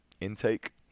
intake